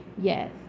yes